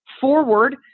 forward